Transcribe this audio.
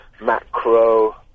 Macro